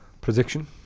prediction